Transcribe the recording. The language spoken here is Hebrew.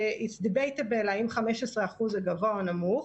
וזה debatable אם 15% זה גבוה או נמוך,